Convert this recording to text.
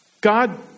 God